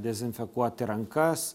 dezinfekuoti rankas